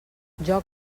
joc